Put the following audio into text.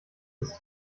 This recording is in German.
ist